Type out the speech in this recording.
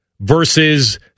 versus